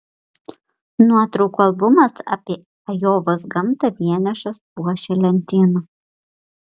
nuotraukų albumas apie ajovos gamtą vienišas puošė lentyną